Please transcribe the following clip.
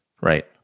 Right